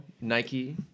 Nike